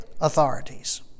authorities